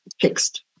fixed